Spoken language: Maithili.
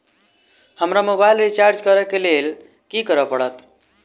हमरा मोबाइल रिचार्ज करऽ केँ लेल की करऽ पड़त?